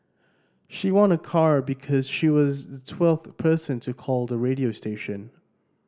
she won a car because she was the twelfth person to call the radio station